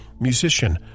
musician